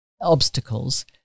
obstacles